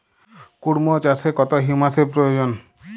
কুড়মো চাষে কত হিউমাসের প্রয়োজন?